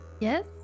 Yes